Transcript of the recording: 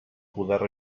poder